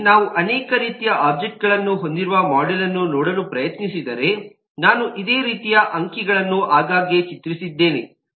ಹಾಗಾಗಿ ನಾವು ಅನೇಕ ರೀತಿಯ ಒಬ್ಜೆಕ್ಟ್ಗಳನ್ನು ಹೊಂದಿರುವ ಮೋಡೆಲ್ಯನ್ನು ನೋಡಲು ಪ್ರಯತ್ನಿಸಿದರೆ ನಾನು ಇದೇ ರೀತಿಯ ಅಂಕಿಗಳನ್ನು ಆಗಾಗ್ಗೆ ಚಿತ್ರಿಸಿದ್ದೇನೆ